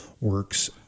works